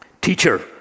teacher